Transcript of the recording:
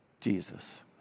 Jesus